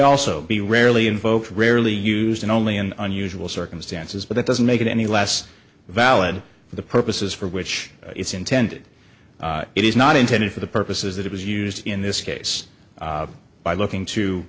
also be rarely invoked rarely used only in unusual circumstances but it doesn't make it any less valid for the purposes for which it's intended it is not intended for the purposes that it was used in this case by looking to